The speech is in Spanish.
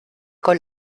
con